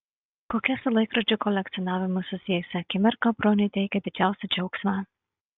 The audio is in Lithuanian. kokia su laikrodžių kolekcionavimu susijusi akimirka broniui teikia didžiausią džiaugsmą